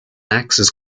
axes